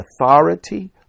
authority